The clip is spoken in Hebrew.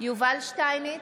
יובל שטייניץ,